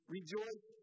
Rejoice